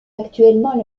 actuellement